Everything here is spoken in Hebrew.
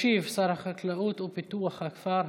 ישיב שר החקלאות ופיתוח הכפר,